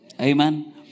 Amen